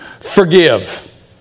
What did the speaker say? Forgive